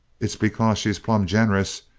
it's because she's plumb generous.